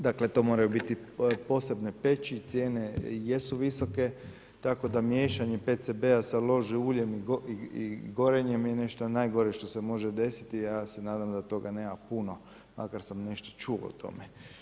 Dakle, to moraju biti posebne peći i cijene jesu visoke tako da miješanje PCB-a sa loživim uljem i gorenjem je nešto najgore što se može desiti, ja se nadam da toga nema puno, makar sam nešto čuo o tome.